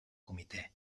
comitè